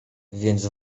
więc